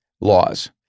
laws